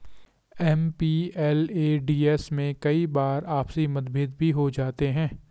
MPLADS में कई बार आपसी मतभेद भी हो जाते हैं